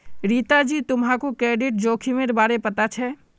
रीता जी, तुम्हाक क्रेडिट जोखिमेर बारे पता छे?